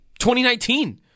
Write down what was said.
2019